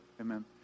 Amen